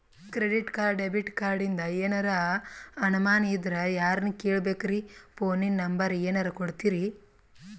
Credit card, debit ಕಾರ್ಡಿಂದ ಏನರ ಅನಮಾನ ಇದ್ರ ಯಾರನ್ ಕೇಳಬೇಕ್ರೀ, ಫೋನಿನ ನಂಬರ ಏನರ ಕೊಡ್ತೀರಿ?